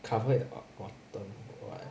cover at what bottom